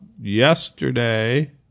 yesterday